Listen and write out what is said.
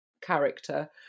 character